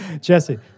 Jesse